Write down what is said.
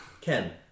Ken